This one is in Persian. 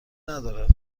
ندارد